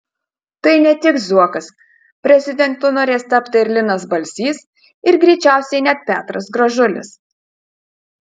tai ne tik zuokas prezidentu norės tapti ir linas balsys ir greičiausiai net petras gražulis